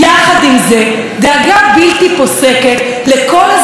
דאגה בלתי פוסקת לכל אזרחי מדינת ישראל.